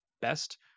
best